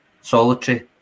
solitary